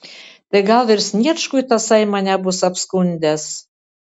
tai gal ir sniečkui tasai mane bus apskundęs